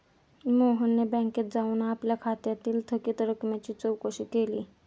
मोहनने बँकेत जाऊन आपल्या खात्यातील थकीत रकमेची चौकशी केली